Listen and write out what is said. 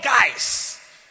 guys